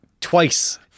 twice